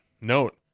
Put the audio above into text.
Note